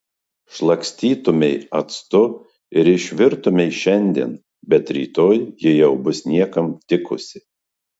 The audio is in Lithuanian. šlakstytumei actu ir išvirtumei šiandien bet rytoj ji jau bus niekam tikusi